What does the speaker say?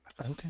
Okay